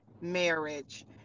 marriage